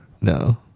No